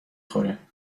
خوره